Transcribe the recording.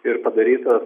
ir padaryta